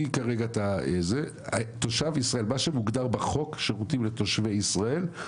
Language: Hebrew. מה שמוגדר בחוק שירותים לתושבי ישראל,